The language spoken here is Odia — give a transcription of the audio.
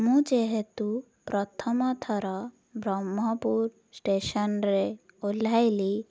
ମୁଁ ଯେହେତୁ ପ୍ରଥମଥର ବ୍ରହ୍ମପୁର ଷ୍ଟେସନରେ ଓହ୍ଲାଇଲି